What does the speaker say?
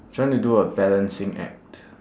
trying to do a balancing act